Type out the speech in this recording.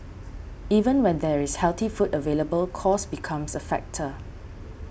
even where there is healthy food available cost becomes a factor